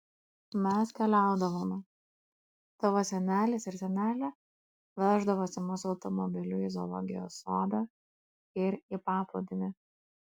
mes keliaudavome tavo senelis ir senelė veždavosi mus automobiliu į zoologijos sodą ir į paplūdimį